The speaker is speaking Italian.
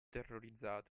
terrorizzato